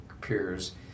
peers